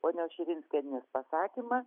ponios širinskienės pasakymą